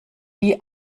wie